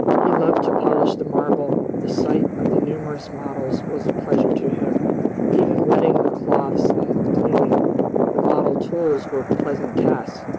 he loved to polish the marble the sight of the numerous models was a pleasure to him even wetting the cloths and cleaning the model tools were pleasant tasks.